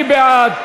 מי בעד?